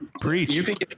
Preach